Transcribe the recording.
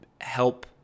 help